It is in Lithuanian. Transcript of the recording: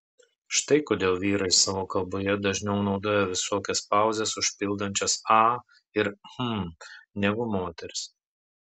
štai kodėl vyrai savo kalboje dažniau naudoja visokius pauzes užpildančius a ir hm negu moterys